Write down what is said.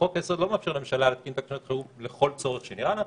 חוק-היסוד לא מאפשר לממשלה להתקין תקנות לשעת חירום לכל צורך שנראה לה.